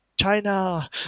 china